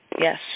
yes